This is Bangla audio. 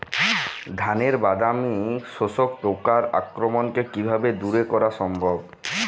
ধানের বাদামি শোষক পোকার আক্রমণকে কিভাবে দূরে করা সম্ভব?